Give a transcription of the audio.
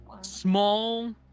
small